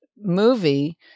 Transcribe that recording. movie